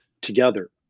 together